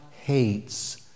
hates